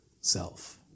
self